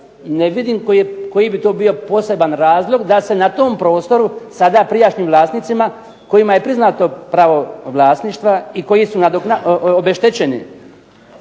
ne vidim koji bi to bio poseban razlog da se na tom prostoru sada prijašnjim vlasnicima kojima je priznato pravo vlasništva i koji su obeštećeni